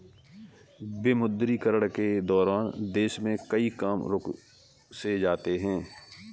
विमुद्रीकरण के दौरान देश में कई काम रुक से जाते हैं